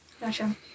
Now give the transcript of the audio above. Gotcha